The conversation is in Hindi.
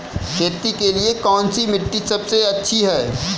खेती के लिए कौन सी मिट्टी सबसे अच्छी है?